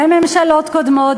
וממשלות קודמות,